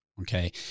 Okay